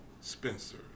Spencer